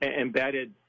embedded